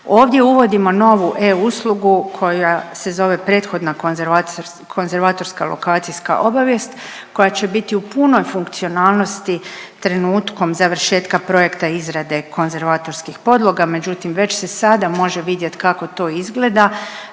Ovdje uvodimo novu EU koja se zove prethodna konzervatorska lokacijska obavijest koja će biti u punoj funkcionalnosti trenutkom završetka projekta izrade konzervatorskih podloga, međutim, već se sada može vidjeti kako to izgleda,